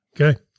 Okay